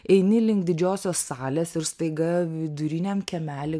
eini link didžiosios salės ir staiga viduriniam kiemely